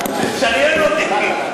לשריין אותי.